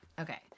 Okay